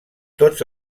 tots